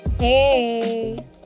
Hey